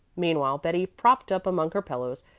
meanwhile betty, propped up among her pillows,